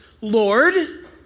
Lord